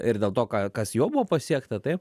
ir dėl to ką kas jau buvo pasiekta taip